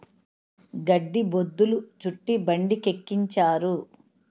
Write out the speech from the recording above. గడ్డి బొద్ధులు చుట్టి బండికెక్కించారు